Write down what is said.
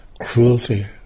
cruelty